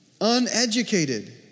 uneducated